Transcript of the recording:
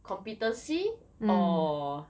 competency or